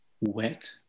Wet